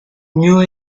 new